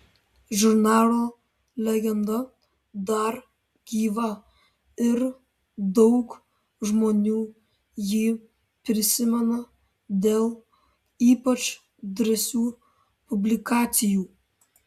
žurnalo legenda dar gyva ir daug žmonių jį prisimena dėl ypač drąsių publikacijų